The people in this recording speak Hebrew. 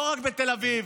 לא רק בתל אביב,